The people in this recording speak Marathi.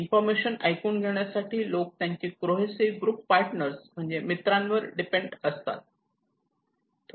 इन्फॉर्मेशन ऐकून घेण्यासाठी लोक त्यांचे कोहेसिव्ह ग्रुप्स पार्टनर म्हणजेच मित्रांवर डिपेंड असतात